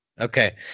Okay